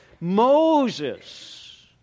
Moses